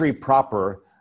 proper